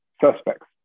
suspects